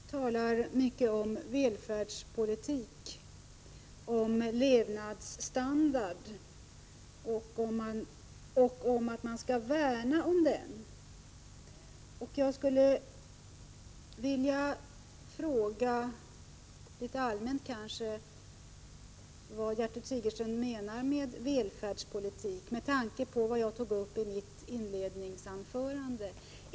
Fru talman! Gertrud Sigurdsen talar mycket om välfärdspolitik, om levnadsstandarden och att man skall värna om den. Jag skulle vilja, med tanke på vad jag tog upp i mitt inledningsanförande, rent allmänt vilja fråga vad Gertrud Sigurdsen menar med välfärdspolitik.